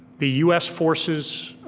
the us forces,